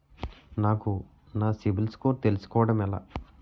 నాకు నా CIBIL score తెలుసుకోవడం ఎలా?